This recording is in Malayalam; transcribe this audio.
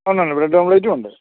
ഉണ്ട് ഉണ്ട് ബ്രെഡ് ഓംലെറ്റും ഉണ്ട്